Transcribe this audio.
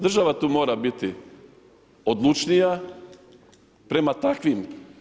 Država tu mora biti odlučnija prema takvim.